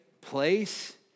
place